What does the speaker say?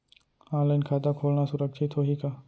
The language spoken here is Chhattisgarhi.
ऑनलाइन खाता खोलना सुरक्षित होही का?